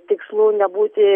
tikslų nebūti